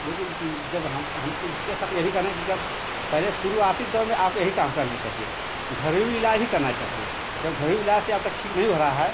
लेकिन जब हम हम तो इसके साथ यह भी कह रहे कि जब पहले शुरुआती दौर में आपको यही काम करना चाहिए घरेलू इलाज़ ही करना चाहिए जब घरेलू इलाज़ से आपका ठीक नहीं हो रहा है